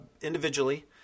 individually